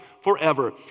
forever